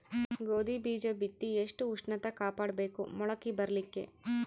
ಗೋಧಿ ಬೀಜ ಬಿತ್ತಿ ಎಷ್ಟ ಉಷ್ಣತ ಕಾಪಾಡ ಬೇಕು ಮೊಲಕಿ ಬರಲಿಕ್ಕೆ?